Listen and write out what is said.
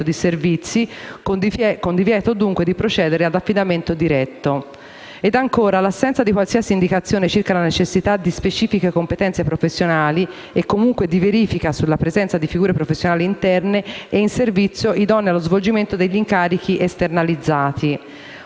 di servizi e con divieto, dunque, di procedere ad affidamento diretto. Ed ancora, ne emerge l'assenza di qualsiasi indicazione circa la necessità di specifiche competenze professionali e comunque di una verifica sulla presenza di figure professionali interne e in servizio idonee allo svolgimento degli incarichi esternalizzati.